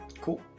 Cool